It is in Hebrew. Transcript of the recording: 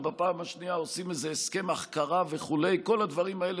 ובפעם השנייה עושים איזה הסכם החכרה וכו' כל הדברים האלה,